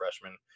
freshman